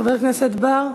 חבר הכנסת בר,